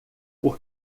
por